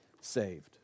saved